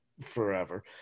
forever